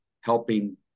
helping